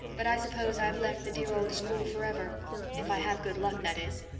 but i suppose i've left the dear old school forever if i have good luck, that is.